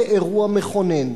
זה אירוע מכונן.